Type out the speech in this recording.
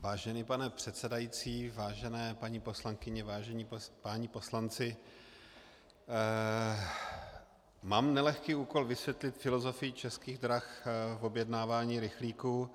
Vážený pane předsedající, vážené paní poslankyně, vážení páni poslanci, mám nelehký úkol, vysvětlit filozofii Českých drah v objednávání rychlíků.